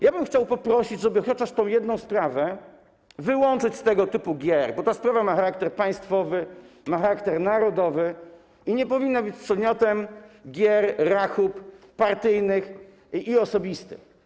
Ja bym chciał poprosić, żeby chociaż tę jedną sprawę wyłączyć z tego typu gier, bo ta sprawa ma charakter państwowy, ma charakter narodowy i nie powinna być przedmiotem gier, rachub partyjnych i osobistych.